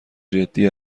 جدی